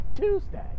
Tuesday